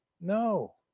No